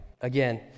Again